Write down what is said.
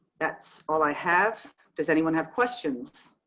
that's all i have. does anyone have questions.